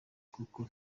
kuko